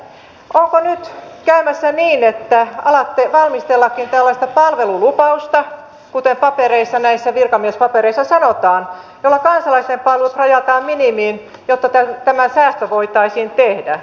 onko nyt käymässä niin että alattekin valmistella tällaista palvelulupausta kuten näissä virkamiespapereissa sanotaan jolla kansalaisten palvelut rajataan minimiin jotta tämä säästö voitaisiin tehdä